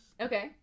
Okay